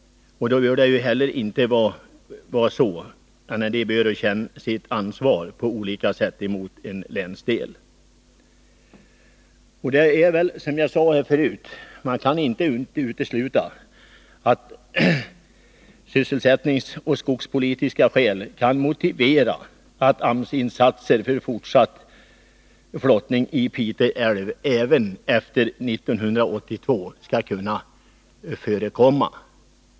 Det bör känna sitt ansvar mot en länsdel. Som jag tidigare sade kan man inte utesluta att sysselsättningsoch skogspolitiska hänsyn kan motivera AMS-insatser för fortsatt flottning i Pite älv även efter 1982.